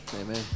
amen